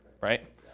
right